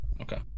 okay